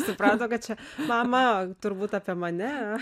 suprato kad čia mama turbūt apie mane a